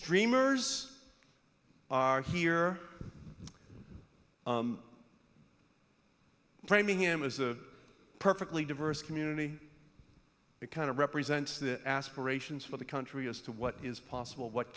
dreamers are here framing him as a perfectly diverse community it kind of represents the aspirations for the country as to what is possible what